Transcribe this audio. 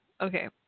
Okay